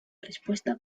respuesta